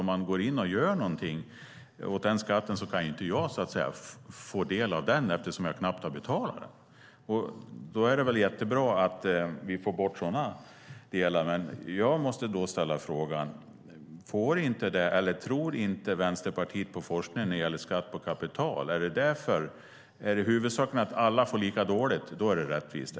Om man går in och gör någonting åt den skatten kan jag inte få del av den eftersom jag knappt har betalat den. Då är det bra att vi får bort sådana delar. Jag måste ställa en fråga. Tror inte Vänsterpartiet på forskningen när det gäller skatt på kapital? Är det huvudsaken att alla får det lika dåligt? Då är det rättvist.